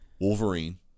Wolverine